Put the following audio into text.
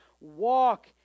walk